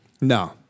No